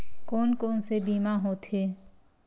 कोन कोन से बीमा होथे?